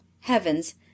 Heavens